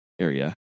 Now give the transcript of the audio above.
area